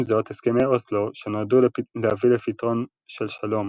עם זאת, הסכמי אוסלו שנועדו להביא לפתרון של שלום